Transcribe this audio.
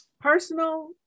personal